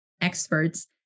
experts